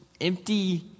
empty